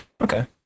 Okay